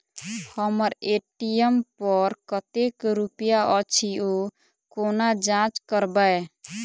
हम्मर ए.टी.एम पर कतेक रुपया अछि, ओ कोना जाँच करबै?